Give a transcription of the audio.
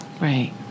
Right